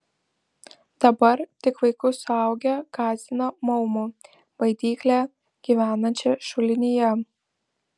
dabar tik vaikus suaugę gąsdina maumu baidykle gyvenančia šulinyje